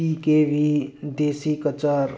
T K V ꯗꯦꯁꯤꯀꯆꯥꯔ